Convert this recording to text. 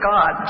God